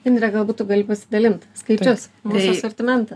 indre galbūt tu gali pasidalint skaičius mūsų asortimentą